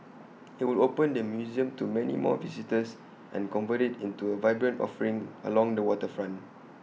IT would open the museum to many more visitors and convert IT into A vibrant offering along the waterfront